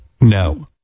No